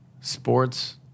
sports